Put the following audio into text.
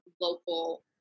local